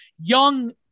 Young